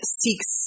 seeks